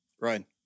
Right